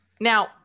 Now